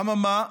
אממה?